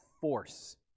force